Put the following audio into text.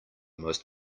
most